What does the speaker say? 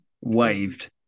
waved